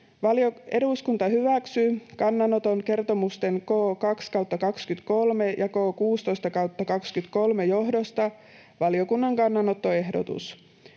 Eduskunta hyväksyy kannanoton kertomusten K 2/2023 ja K 16/2023 johdosta. Valiokunnan kannanottoehdotus: